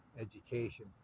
education